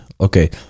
Okay